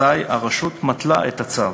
אזי הרשות מתלה את הצו.